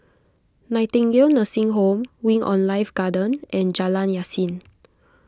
Nightingale Nursing Home Wing on Life Garden and Jalan Yasin